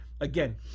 Again